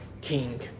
King